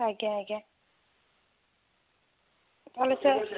ଆଜ୍ଞା ଆଜ୍ଞା ମାନେ ସାର୍